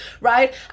right